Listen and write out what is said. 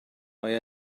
mae